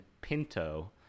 Pinto